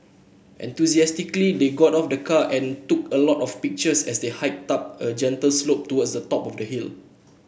enthusiastically they got out of the car and took a lot of pictures as they hiked up a gentle slope towards the top of the hill